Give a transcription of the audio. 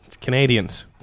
Canadians